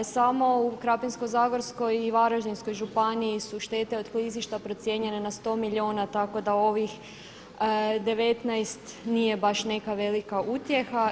Samo u Krapinsko-zagorskoj i Varaždinskoj županiji su štete od klizišta procijenjene na 100 milijuna tako da ovih 19 nije baš neka velika utjeha.